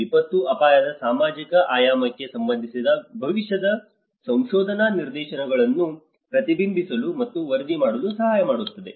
ವಿಪತ್ತು ಅಪಾಯದ ಸಾಮಾಜಿಕ ಆಯಾಮಕ್ಕೆ ಸಂಬಂಧಿಸಿದ ಭವಿಷ್ಯದ ಸಂಶೋಧನಾ ನಿರ್ದೇಶನಗಳನ್ನು ಪ್ರತಿಬಿಂಬಿಸಲು ಮತ್ತು ವರದಿ ಮಾಡಲು ಸಹಾಯ ಮಾಡುತ್ತದೆ